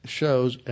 shows